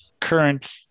current